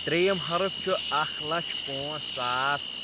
ترٛیِم حرف چھُ اکھ لَچھ پانٛژھ ساس